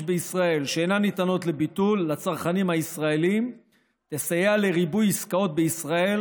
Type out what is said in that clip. בישראל שאינן ניתנות לביטול לצרכנים הישראלים תסייע לריבוי עסקאות בישראל,